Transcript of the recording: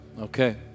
Okay